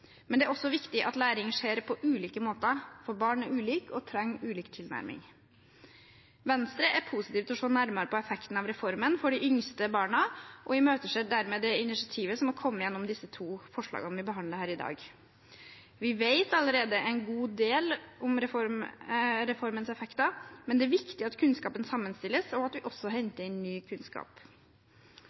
Men det er også viktig at læring skjer på ulike måter, for barn er ulike og trenger ulik tilnærming. Venstre er positiv til å se nærmere på effekten av reformen for de yngste barna, og imøteser dermed det initiativet som har kommet gjennom de to forslagene vi behandler her i dag. Vi vet allerede en god del om reformens effekter, men det er viktig at kunnskapen sammenstilles, og at vi også henter inn ny kunnskap.